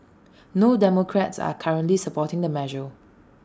no democrats are currently supporting the measure